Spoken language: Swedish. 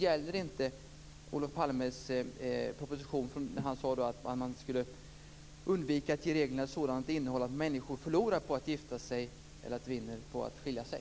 Gäller inte Olof Palmes proposition om att man skulle undvika att ge reglerna ett sådant innehåll att människor förlorar på att gifta sig eller vinner på att skilja sig?